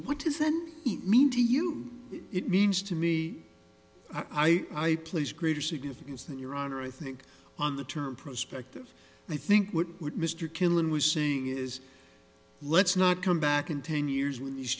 what is then it mean to you it means to me i place greater significance than your honor i think on the term prospective i think what would mr killen was saying is let's not come back in ten years when these